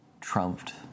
trumped